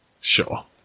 Sure